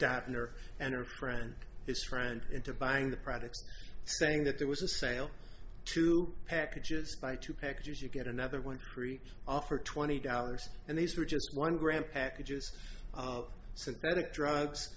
dattner and her friend his friend into buying the products saying that there was a sale two packages by two packages you get another one three off for twenty dollars and these were just one gram packages of synthetic drugs